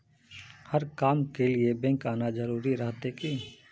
हर काम के लिए बैंक आना जरूरी रहते की?